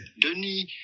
Denis